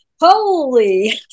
holy